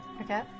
Okay